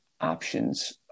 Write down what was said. options